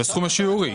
בסכום השיעורי.